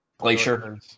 Glacier